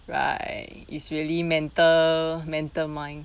right it's really mental mental mind